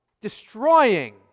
destroying